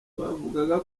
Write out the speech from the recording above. bavugaga